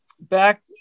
back